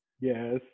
Yes